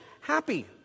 happy